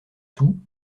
sous